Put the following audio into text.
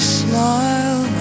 smile